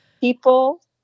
People